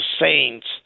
saints